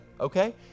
Okay